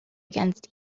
against